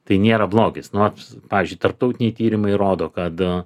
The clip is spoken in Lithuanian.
tai nėra blogis nu vat pavyzdžiui tarptautiniai tyrimai rodo kad